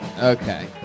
Okay